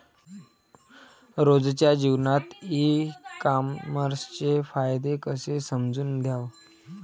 रोजच्या जीवनात ई कामर्सचे फायदे कसे समजून घ्याव?